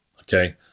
okay